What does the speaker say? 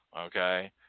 okay